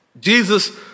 Jesus